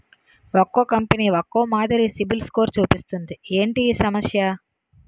ఒక్కో కంపెనీ ఒక్కో మాదిరి సిబిల్ స్కోర్ చూపిస్తుంది ఏంటి ఈ సమస్య?